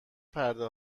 پرده